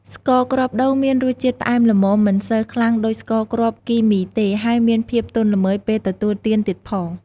ស្ករគ្រាប់ដូងមានរសជាតិផ្អែមល្មមមិនសូវខ្លាំងដូចស្ករគ្រាប់គីមីទេ ហើយមានភាពទន់ល្មើយពេលទទួលទានទៀតផង។